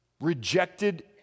rejected